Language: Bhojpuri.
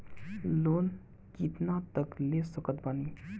लोन कितना तक ले सकत बानी?